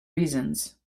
reasons